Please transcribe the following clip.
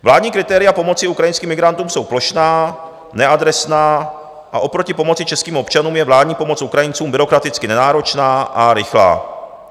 Vládní kritéria pomoci ukrajinským migrantům jsou plošná, neadresná a oproti pomoci českým občanům je vládní pomoc Ukrajincům byrokraticky nenáročná a rychlá.